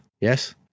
yes